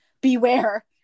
beware